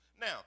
Now